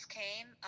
came